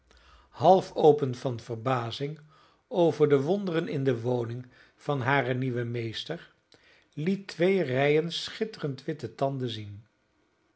half open van verbazing over de wonderen in de woning van haren nieuwen meester liet twee rijen schitterend witte tanden zien